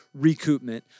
recoupment